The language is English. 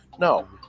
No